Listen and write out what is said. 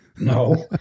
No